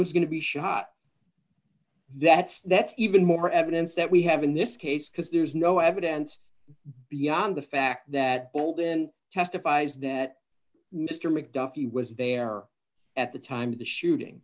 as going to be shot that's that's even more evidence that we have in this case because there's no evidence beyond the fact that bolden testifies that mr mcduffee was there at the time of the shooting